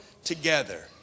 Together